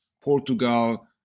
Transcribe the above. Portugal